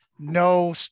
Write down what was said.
No